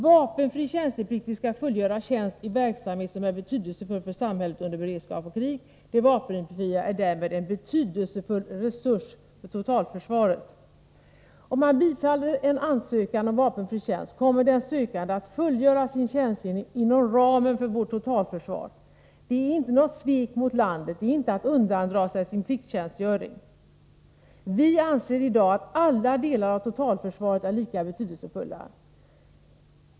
Vapenfri tjänstepliktig skall fullgöra tjänst i verksamhet som är betydelsefull för samhället under beredskap och krig. De vapenfria är därmed en betydelsefull resurs för totalförsvaret.” Om man bifaller en ansökan om vapenfri tjänst, kommer den sökande att fullgöra sin tjänstgöring inom ramen för vårt totalförsvar. Det är inte något svek mot landet, det är inte att undandra sig en plikttjänstgöring. Vi anser i dag att alla delar av totalförsvaret är lika betydelsefulla.